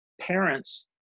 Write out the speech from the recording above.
parents